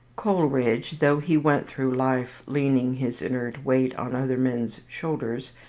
coleridge, though he went through life leaning his inert weight on other men's shoulders,